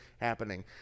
happening